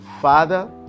Father